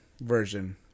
version